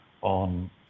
on